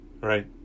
right